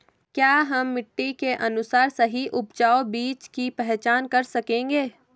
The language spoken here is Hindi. क्या हम मिट्टी के अनुसार सही उपजाऊ बीज की पहचान कर सकेंगे?